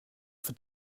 for